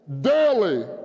daily